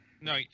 No